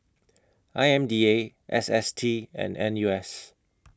I M D A S S T and N U S